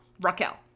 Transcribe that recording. Raquel